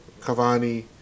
Cavani